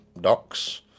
docs